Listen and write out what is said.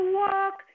walk